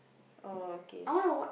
oh okay